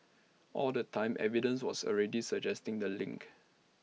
all the time evidence was already suggesting the link